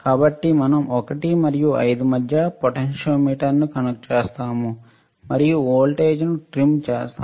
కాబట్టి మనం 1 మరియు 5 మధ్య పొటెన్షియోమీటర్ను కనెక్ట్ చేస్తాము మరియు వోల్టేజ్ను ట్రిమ్ చేస్తాము